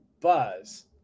buzz